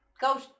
Go